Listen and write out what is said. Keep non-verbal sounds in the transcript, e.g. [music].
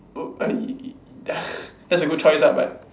oh I mean [laughs] that's a good choice ah but